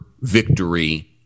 victory